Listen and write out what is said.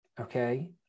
Okay